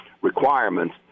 requirements